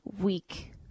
week